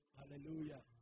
Hallelujah